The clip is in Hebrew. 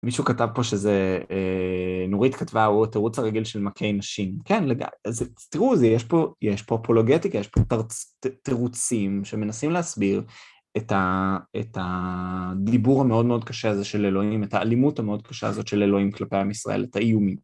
מישהו כתב פה שזה, נורית כתבה, הוא תירוץ הרגיל של מכי נשים. כן, תראו, יש פה אפולוגטיקה, יש פה תירוצים שמנסים להסביר את הדיבור המאוד מאוד קשה הזה של אלוהים, את האלימות המאוד קשה הזאת של אלוהים כלפי עם ישראל, את האיומים.